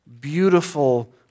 beautiful